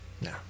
No